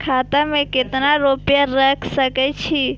खाता में केतना रूपया रैख सके छी?